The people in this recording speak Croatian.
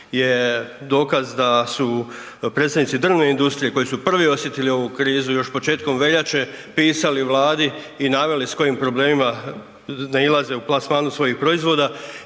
je dokaz da su predsjednici drvne industrije, koji su prvi osjetili ovu krizu, još početkom veljače pisali Vladi i naveli s kojim problemima nailaze u plasmanu svojih proizvoda